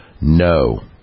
No